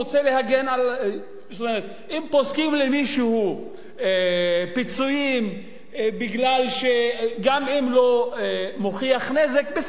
אם פוסקים למישהו פיצויים גם אם לא מוכח נזק,